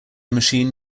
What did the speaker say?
machine